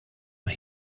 mae